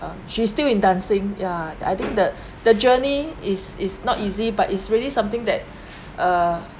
uh she still in dancing ya I think the the journey is is not easy but it's really something that err